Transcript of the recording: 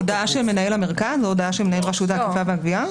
הודעה של מנהל המרכז או הודעה של מנהל רשות האכיפה והגבייה?